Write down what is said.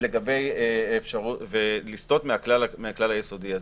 לסטות מהכלל היסודי הזה.